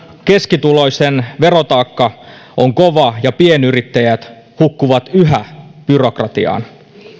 keskituloisen verotaakka on kova ja pienyrittäjät hukkuvat yhä byrokratiaan